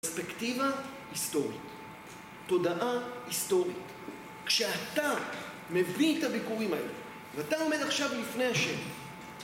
פרספקטיבה היסטורית, תודעה היסטורית, כשאתה מביא את הביכורים האלה, ואתה עומד עכשיו בפני השם